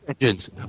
engines